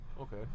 Okay